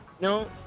No